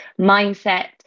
mindset